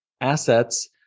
assets